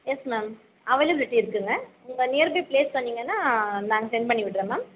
S ma'am availability இருக்குதுங்க உங்கள் nearby place சொன்னீங்கன்னால் நாங்கள் செண்ட் பண்ணி விடறோம் மேம்